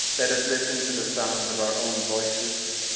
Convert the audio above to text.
let us listen to the sounds of our own voices,